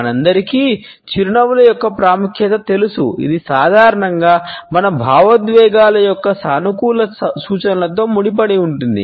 మనందరికీ చిరునవ్వుల యొక్క ప్రాముఖ్యత తెలుసు ఇది సాధారణంగా మన భావోద్వేగాల యొక్క సానుకూల సూచనలతో ముడిపడి ఉంటుంది